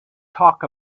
talk